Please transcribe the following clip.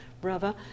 brother